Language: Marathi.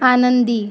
आनंदी